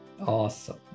awesome